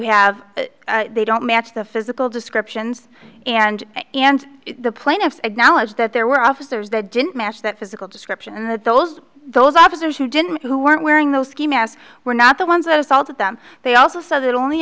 have they don't match the physical descriptions and and the plaintiffs acknowledged that there were officers that didn't match that physical description and that those those officers who didn't who weren't wearing those ski mask were not the ones that assaulted them they also saw that only